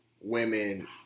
women